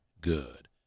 good